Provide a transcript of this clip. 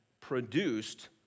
produced